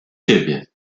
ciebie